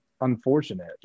unfortunate